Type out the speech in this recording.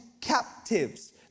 captives